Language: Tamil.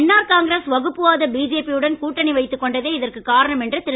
என்ஆர் காங்கிரஸ் வகுப்புவாத பிஜேபி உடன் கூட்டணி வைத்துக் கொண்டதே இதற்கு காரணம் என்று திரு